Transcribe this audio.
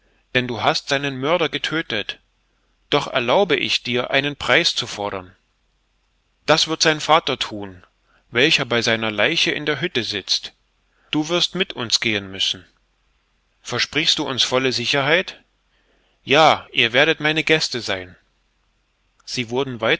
denn du hast seinen mörder getödtet doch erlaube ich dir einen preis zu fordern das wird sein vater thun welcher bei seiner leiche in der hütte sitzt du wirst mit uns gehen müssen versprichst du uns volle sicherheit ja ihr werdet meine gäste sein sie wurden